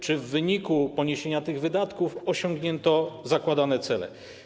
Czy w wyniku poniesienia tych wydatków osiągnięto zakładane cele?